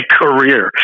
career